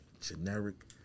generic